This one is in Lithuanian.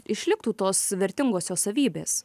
išliktų tos vertingosios savybės